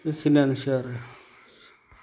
बेखिनियानोसै आरो